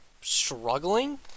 struggling